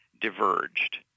diverged